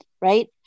right